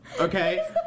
Okay